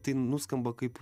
tai nuskamba kaip